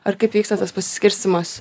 ar kaip vyksta tas pasiskirstymas